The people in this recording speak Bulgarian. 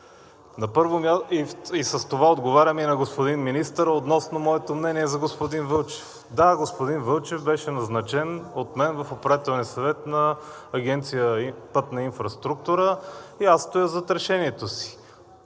уточнения. С това отговарям и на господин министъра относно моето мнение за господин Вълчев. Да, господин Вълчев беше назначен от мен в Управителния съвет на Агенция „Пътна инфраструктура“ и аз стоя зад решението си.